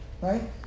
Right